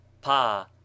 pa